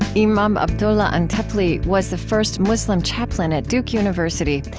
imam abdullah antepli was the first muslim chaplain at duke university,